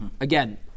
again